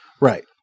Right